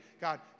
God